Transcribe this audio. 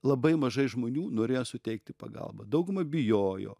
labai mažai žmonių norėjo suteikti pagalbą dauguma bijojo